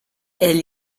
elle